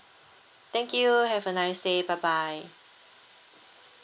thank you have a nice day bye bye